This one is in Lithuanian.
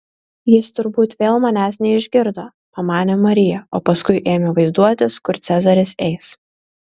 jis turbūt vėl manęs neišgirdo pamanė marija o paskui ėmė vaizduotis kur cezaris eis